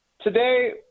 Today